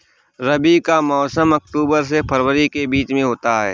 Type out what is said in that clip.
रबी का मौसम अक्टूबर से फरवरी के बीच में होता है